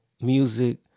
music